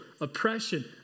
oppression